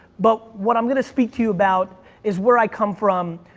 but what i'm gonna speak to you about is where i come from,